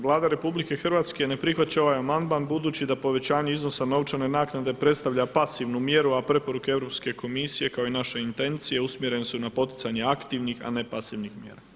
Vlada RH ne prihvaća ovaj amandman budući da povećanje iznosa novčane naknade predstavlja pasivnu mjeru, a preporuke Europske komisije kao i naše intencije usmjerene su na poticanje aktivnih, a ne pasivnih mjera.